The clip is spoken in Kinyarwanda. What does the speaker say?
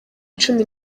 cumi